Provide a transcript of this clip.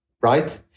right